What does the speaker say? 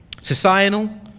Societal